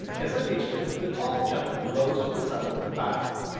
as i reached it, the tall gentleman rose from the settle, and bowed.